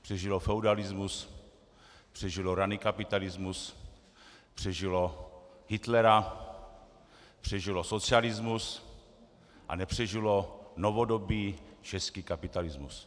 Přežilo feudalismus, přežilo raný kapitalismus, přežilo Hitlera, přežilo socialismus, a nepřežilo novodobý český kapitalismus.